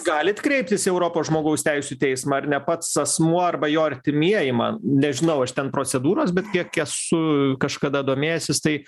galit kreiptis europos žmogaus teisių teismą ar ne pats asmuo arba jo artimieji man nežinau aš ten procedūros bet kiek esu kažkada domėjęsis tai